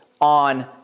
on